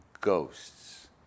ghosts